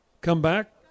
comeback